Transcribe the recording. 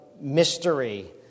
mystery